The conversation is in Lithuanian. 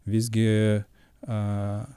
visgi a